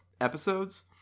episodes